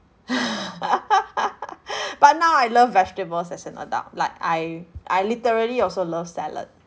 but now I love vegetables as an adult like I I literally also love salad